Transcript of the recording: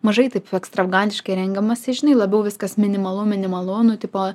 mažai taip ekstravagantiškai rengiamasi žinai labiau viskas minimalu minimalu nu tipo